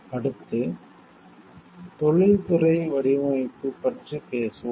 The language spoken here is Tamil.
அடுத்து தொழில்துறை வடிவமைப்பு பற்றி பேசுவோம்